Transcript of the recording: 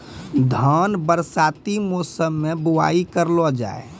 धान बरसाती मौसम बुवाई करलो जा?